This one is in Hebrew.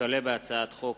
הצעת חוק